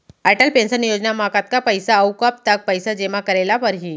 Atal pension Yojana म कतका पइसा, अऊ कब तक पइसा जेमा करे ल परही?